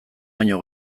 baino